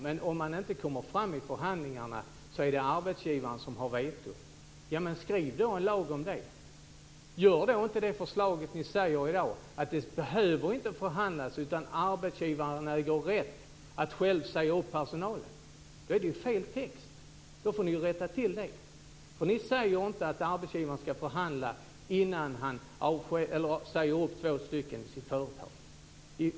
Men om man inte kommer fram till någon lösning är det arbetsgivaren som har vetorätt. Föreslå då en lag om det! Lägg inte fram det förslaget som ni har i dag, att det inte behövs någon förhandling utan att arbetsgivaren har rätt att själv säga upp personal. Då har ni fel text. Då får ni rätta till det. Ni säger inte att arbetsgivaren ska förhandla innan han kan gå ifrån turordningsreglerna och säga upp två arbetstagare i sitt företag.